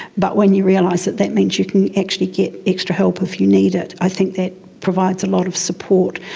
but when you realise that that means you can actually get extra help if you need it, i think that provides a lot of support.